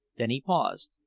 then he paused,